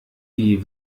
die